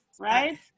Right